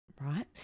Right